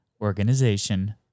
organization